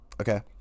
Okay